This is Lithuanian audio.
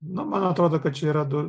nu man atrodo kad čia yra du